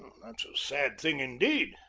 that's a sad thing, indeed.